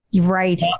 Right